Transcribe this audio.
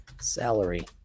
salary